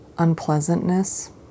unpleasantness